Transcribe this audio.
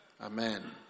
Amen